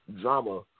drama